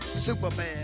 Superman